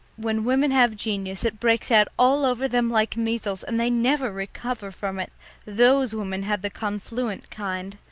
when women have genius it breaks out all over them like measles, and they never recover from it those women had the confluent kind.